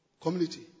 community